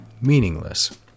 meaningless